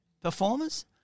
performers